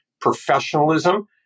professionalism